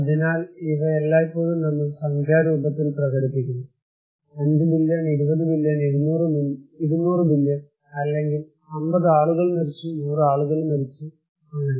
അതിനാൽ ഇവ എല്ലായ്പ്പോഴും നമ്മൾ സംഖ്യാ രൂപത്തിൽ പ്രകടിപ്പിക്കുന്നു 5 ബില്ല്യൺ 20 ബില്ല്യൺ 200 ബില്ല്യൺ അല്ലെങ്കിൽ 50 ആളുകൾ മരിച്ചു 100 ആളുകൾ മരിച്ചു അങ്ങനെ